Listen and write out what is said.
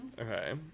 Okay